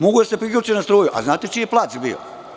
Mogu da se priključe na struju, a znate čiji je plac bio?